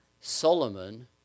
Solomon